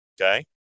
okay